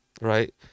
right